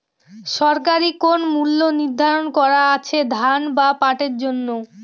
সরকারি কোন মূল্য নিধারন করা আছে ধান বা পাটের জন্য?